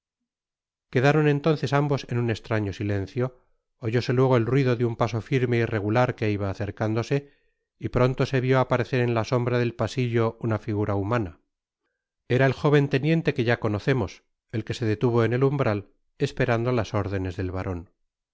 quedaron entonces ambos en un eslraño silencio oyóse luego el ruido de un paso firme y regular que iba acercándose y pronto so vió aparecer en la sombra del pasillo una figura humana era el jóven teniente que ya conocemos el que se detuvo en el umbral esperando las órdenes del baron